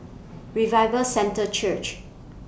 Revival Centre Church